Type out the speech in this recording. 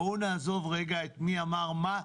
בואו נעזוב רגע את מי אמר מה,